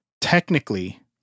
technically